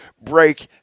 break